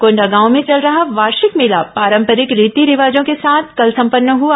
कोंडागांव में चल रहा वार्षिक मेला पारंपरिक रीति रिवाजों के साथ कल संपन्न हआ